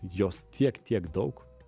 jos tiek tiek daug